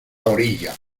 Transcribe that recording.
orilla